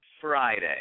Friday